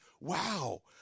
wow